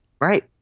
Right